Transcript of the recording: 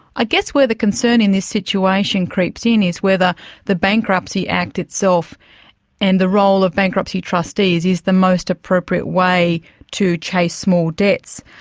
i guess where the concern in this situation creeps in is whether the bankruptcy act itself and the role of bankruptcy trustees is the most appropriate way to chase small debts.